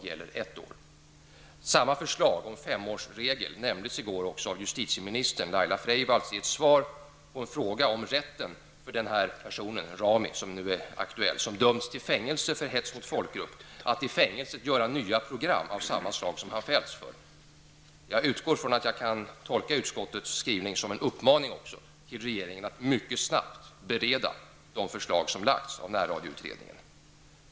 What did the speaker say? I Samma förslag, en femårsregel, nämndes i går av justitieminister Laila Freivalds i ett svar på en fråga om rätten för denna person, Rami, som har dömts till fängelse för hets mot folkgrupp, att i fängelset göra nya program om samma slag som han har fällts för. Jag utgår från att jag kan tolka utskottets skrivning som en uppmaning till regeringen att mycket snabbt bereda de förslag som lagts av närradioutredningen.